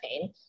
pain